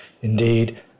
Indeed